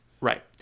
Right